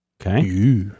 Okay